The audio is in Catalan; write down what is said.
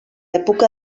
època